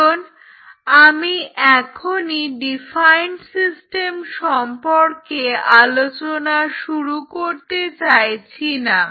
কারণ আমি এখনই ডিফাইন্ড সিস্টেম সম্পর্কে আলোচনা শুরু করতে চাইছি না